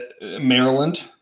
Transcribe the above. Maryland